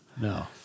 No